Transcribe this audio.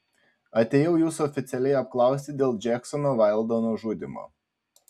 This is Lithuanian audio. atėjau jūsų oficialiai apklausti dėl džeksono vaildo nužudymo